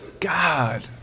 God